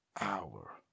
hour